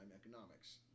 economics